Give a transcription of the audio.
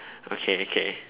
okay okay